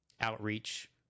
outreach